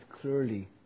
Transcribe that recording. clearly